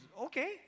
okay